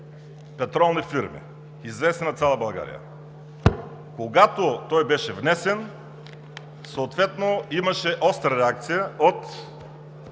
петролни фирми, известни на цяла България. Когато той беше внесен, съответно имаше остра реакция от